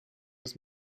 das